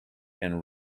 and